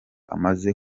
amaze